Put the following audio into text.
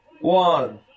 one